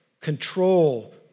control